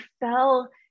fell